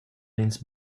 ins